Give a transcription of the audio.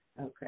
Okay